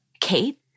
Kate